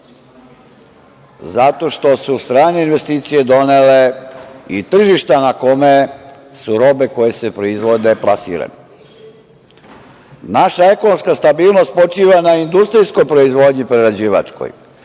zato što su strane investicije donele i tržišta na kome su robe koje se proizvode plasirane. Naša ekonomska stabilnost počiva na industrijskoj proizvodnji prerađivačkoj.